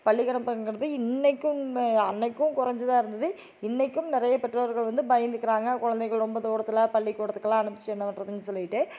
பள்ளிக்கு அனுப்பங்கறது இன்றைக்கும் அன்றைக்கும் கொறைஞ்சி தான் இருந்தது இன்றைக்கும் நிறைய பெற்றோர்கள் வந்து பயந்துக்கிறாங்க கொழந்தைகள் ரொம்ப தூரத்தில் பள்ளிக்கூடத்துக்கெல்லாம் அனுப்பிச்சிட்டு என்ன பண்றதுன்னு சொல்லிட்டு